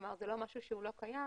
כלומר, זה לא משהו שהוא לא קיים